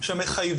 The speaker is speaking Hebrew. הוא מוציא